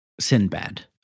Sinbad